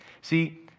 See